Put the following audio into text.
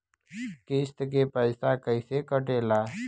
किस्त के पैसा कैसे कटेला?